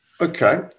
okay